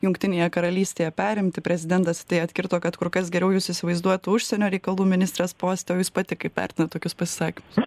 jungtinėje karalystėje perimti prezidentas į tai atkirto kad kur kas geriau jus įsivaizduotų užsienio reikalų ministrės poste o jūs pati kaip vertinat tokius pasisakymus